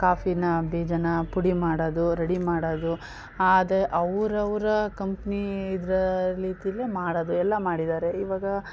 ಕಾಫಿನ ಬೀಜನ ಪುಡಿ ಮಾಡೋದು ರೆಡಿ ಮಾಡೋದು ಆ ಅದೇ ಅವರವ್ರ ಕಂಪ್ನಿ ಇದರ ರೀತಿಲಿ ಮಾಡೋದು ಎಲ್ಲ ಮಾಡಿದ್ದಾರೆ ಇವಾಗ